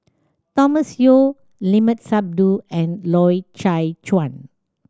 Thomas Yeo Limat Sabtu and Loy Chye Chuan